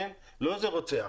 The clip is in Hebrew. לא איזה רוצח